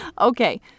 Okay